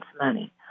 money